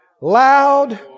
loud